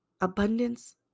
Abundance